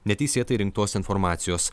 neteisėtai rinktos informacijos